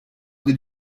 did